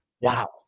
wow